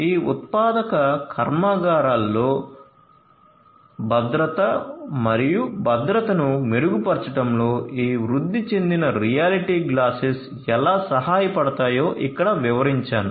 ఈ ఉత్పాదక కర్మాగారాల్లో భద్రత మరియు భద్రతను మెరుగుపరచడంలో ఈ వృద్ధి చెందిన రియాలిటీ గ్లాసెస్ ఎలా సహాయపడతాయో ఇక్కడ వివరించాను